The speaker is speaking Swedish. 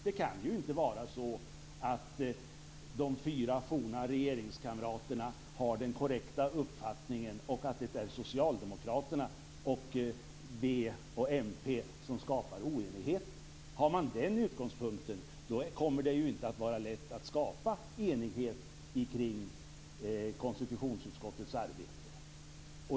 Det kan inte vara så att de fyra forna regeringskamraterna har den korrekta uppfattningen och att det är socialdemokraterna och v och mp som skapar oenigheten. Har man den utgångspunkten kommer det inte att vara lätt att skapa enighet kring konstitutionsutskottets arbete.